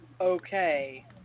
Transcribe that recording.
okay